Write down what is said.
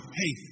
hey